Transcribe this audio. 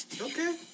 Okay